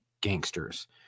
gangsters